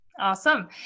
Awesome